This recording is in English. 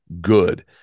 good